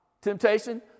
temptation